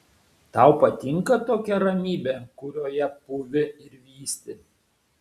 tau patinka tokia ramybė kurioje pūvi ir vysti